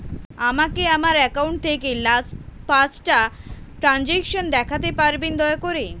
আমাকে আমার অ্যাকাউন্ট থেকে লাস্ট পাঁচটা ট্রানজেকশন দেখাতে পারবেন দয়া করে